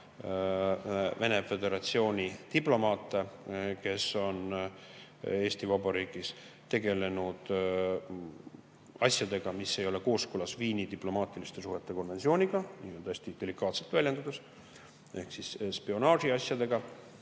Venemaa Föderatsiooni diplomaate, kes on Eesti Vabariigis tegelenud asjadega, mis ei ole kooskõlas Viini diplomaatiliste suhete konventsiooniga – niimoodi hästi delikaatselt väljendudes –, ehk spionaažiga.